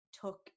took